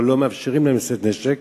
או לא מאפשרים להם לשאת נשק,